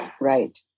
Right